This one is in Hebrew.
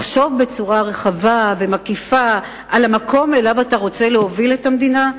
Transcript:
לחשוב בצורה רחבה ומקיפה על המקום שאליו אתה רוצה להוביל את המדינה?